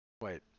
Wait